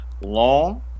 long